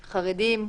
חרדים,